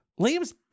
Liam's